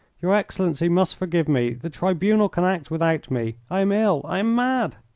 your excellency must forgive me. the tribunal can act without me. i am ill. i am mad.